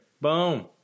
Boom